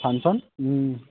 function